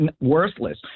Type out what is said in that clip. worthless